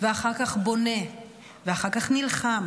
אחר כך בונה ואחר כך נלחם.